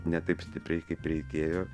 ne taip stipriai kaip reikėjo